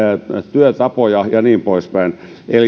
työtapoja ja niin poispäin